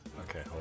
Okay